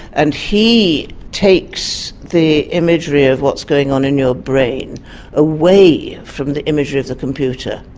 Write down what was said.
and he takes the imagery of what's going on in your brain away from the imagery of the computer,